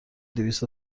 دویست